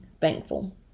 thankful